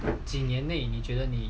几年内你觉得你